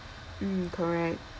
mm correct